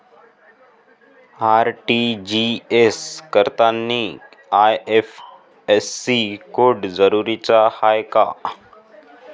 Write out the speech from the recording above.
RTGS करतांनी IFSC code जरुरीचा हाय का?